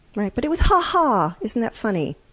right? but it was ha-ha! ah isn't that funny?